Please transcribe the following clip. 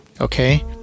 Okay